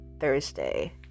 Thursday